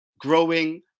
growing